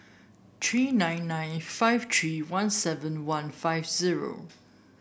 three nine nine five three one seven one five zero